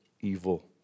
evil